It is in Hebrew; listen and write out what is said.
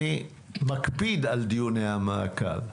אני מקפיד על דיוני המעקב.